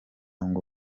ngo